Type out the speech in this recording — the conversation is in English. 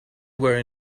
were